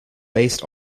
based